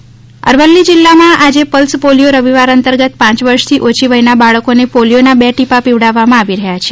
pulse polio Aravalli જિલ્લામાં આજે pulse polio રવિવાર અંતર્ગત પાંચ વર્ષથી ઓછી વયના બાળકોને પોલિયોના બે ટીપા પિવડાવવામાં આવી રહ્યા છે